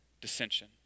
dissension